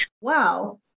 Wow